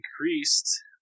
increased